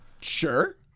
sure